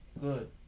good